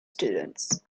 students